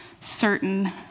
certain